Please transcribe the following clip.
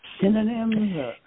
synonyms